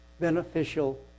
beneficial